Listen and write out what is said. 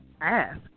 ask